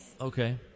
Okay